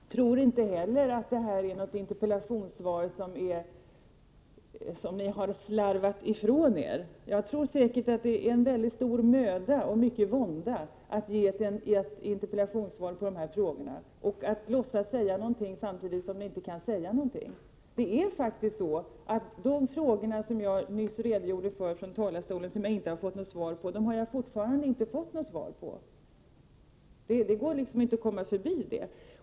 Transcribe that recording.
Herr talman! Jag tror inte heller att det här är ett interpellationssvar som ni har slarvat ifrån er. Jag tror säkert att det medför mycket stor möda och mycket vånda att ge ett interpellationssvar på dessa frågor och att låtsas säga någonting samtidigt som ni inte kan säga någonting. Det är dock så att de frågor som jag nyss redogjorde för från talarstolen att jaginte har fått något svar på, har jag faktiskt inte fått något svar på. Det går inte att komma förbi det.